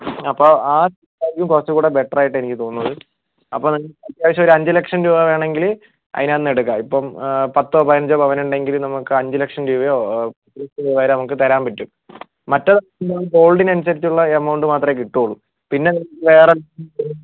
അപ്പോൾ ആ ഇതായിരിക്കും കുറച്ച് കൂടെ ബെറ്റർ ആയിട്ട് എനിക്ക് തോന്നുന്നത് അപ്പൊ നിങ്ങക്ക് അത്യാവശ്യം ഒരു അഞ്ച് ലക്ഷം രൂപ വേണെങ്കിൽ അതിനകത്തുന്ന് എടുക്കാം ഇപ്പം പത്ത് പതിനഞ്ച് പവൻ ഉണ്ടെങ്കിൽ നമുക്ക് അഞ്ച് ലക്ഷം രൂപയോ പത്ത് ലക്ഷം രൂപ വരെ നമുക്ക് തരാൻ പറ്റും മറ്റേത് ആവുമ്പോ ഗോൾഡിന് അനുസരിച്ചുള്ള എമൗണ്ട് മാത്രമേ കിട്ടുള്ളൂ പിന്നെ വേറെ